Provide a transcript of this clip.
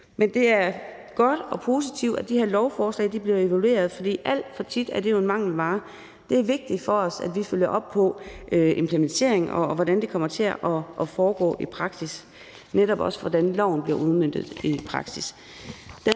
Men det er godt og positivt, at de her lovforslag bliver evalueret, for alt for tit er det en mangelvare. Det er vigtigt for os, at vi følger op på implementeringen, og hvordan det kommer til at foregå i praksis, netop også hvordan loven bliver udmøntet i praksis.